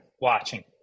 watching